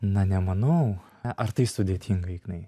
na nemanau ar tai sudėtinga ignai